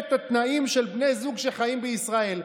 את התנאים של בני זוג שחיים בישראל.